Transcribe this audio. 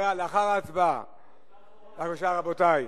בבקשה, רבותי,